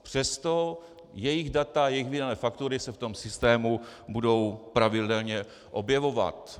Přesto jejich data, jejich faktury se v tom systému budou pravidelně objevovat.